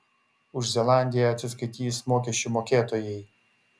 už zelandiją atsiskaitys mokesčių mokėtojai